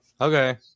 okay